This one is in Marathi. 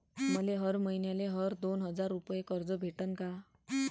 मले हर मईन्याले हर दोन हजार रुपये कर्ज भेटन का?